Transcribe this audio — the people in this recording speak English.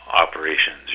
operations